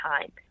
time